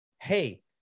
Hey